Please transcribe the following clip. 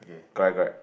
correct correct